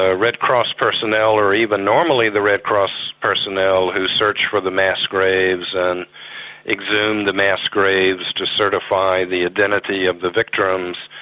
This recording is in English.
ah red cross personnel or even normally the red cross personnel who search for the mass graves and exhume the mass graves to certify the identity of the victim.